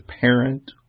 parent